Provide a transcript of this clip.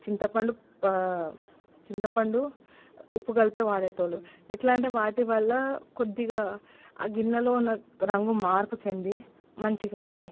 చింతపండు పా చింతపండు ఉప్పు కలిపే వాడేటోళ్ళు ఎట్లా అంటే వాటి వల్ల కొద్దిగా గిన్నెలో ఉన్న రంగు మార్పు చెంది మంచిగయితయి